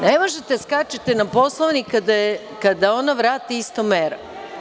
Ne možete da skačete na Poslovnik kada ona vrati istom merom.